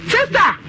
Sister